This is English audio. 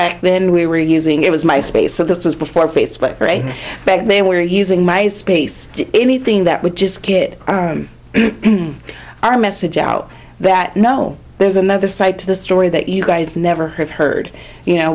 back then we were using it was my space so this was before facebook right back they were using my space anything that would just get our message out that no there's another side to the story that you guys never have heard you know